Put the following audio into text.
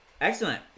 excellent